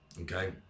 Okay